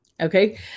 Okay